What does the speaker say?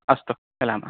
अस्तु मिलामः